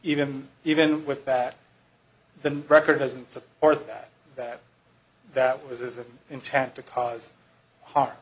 even even with that the record doesn't support that that was his intent to cause harm